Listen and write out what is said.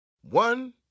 One